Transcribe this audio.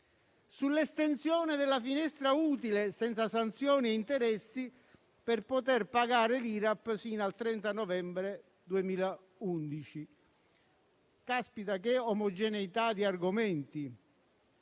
sull'estensione della finestra utile, senza sanzioni e interessi, per poter pagare l'IRAP sino al 30 novembre 2011. Caspita che omogeneità di argomenti!